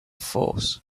force